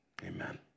Amen